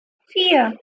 vier